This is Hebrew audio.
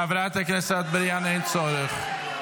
חברת הכנסת, אין צורך.